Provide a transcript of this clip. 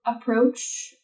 approach